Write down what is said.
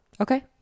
Okay